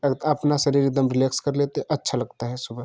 और अपना शरीर एक दम रिलैक्स कर लेते हैं अच्छा लगता है सुबह